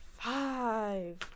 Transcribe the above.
Five